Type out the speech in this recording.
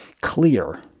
Clear